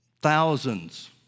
thousands